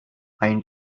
pine